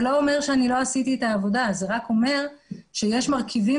זה לא אומר שאני לא עשיתי את העבודה אלא זה רק אומר שיש מרכיבים